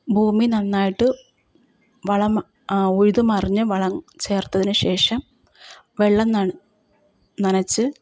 ഭൂമി നന്നായിട്ട് വളം ഉഴുതുമറിഞ്ഞ് വളം ചേർത്തതിന് ശേഷം വെള്ളം നണ് നനച്ച്